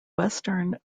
western